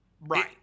right